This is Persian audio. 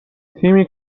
تیمی